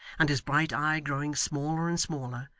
and his bright eye growing smaller and smaller,